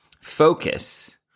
focus